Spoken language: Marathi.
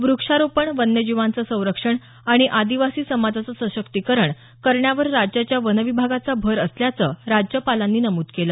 व्रक्षारोपण वन्यजीवांचं संरक्षण आणि आदिवासी समाजाचं सशक्तीकरण करण्यावर राज्याच्या वनविभागाचा भर असल्याचं राज्यपालांनी नमूद केलं